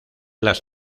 las